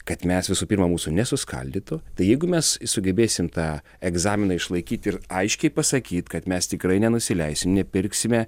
kad mes visų pirma mūsų nesuskaldytų tai jeigu mes sugebėsim tą egzaminą išlaikyti ir aiškiai pasakyt kad mes tikrai nenusileisim nepirksime